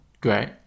Great